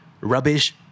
rubbish